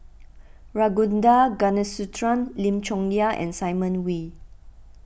Ragunathar Kanagasuntheram Lim Chong Yah and Simon Wee